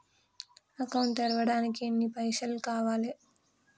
Account తెరవడానికి ఎన్ని పైసల్ కావాలే?